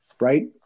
right